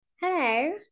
Hello